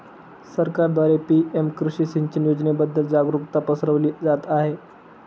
सरकारद्वारे पी.एम कृषी सिंचन योजनेबद्दल जागरुकता पसरवली जात आहे